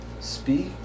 Speak